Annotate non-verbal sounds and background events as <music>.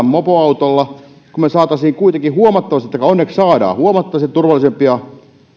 <unintelligible> mopoautolla kun me kuitenkin saisimme taikka onneksi saadaan huomattavasti turvallisempia